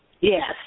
Yes